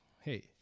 hey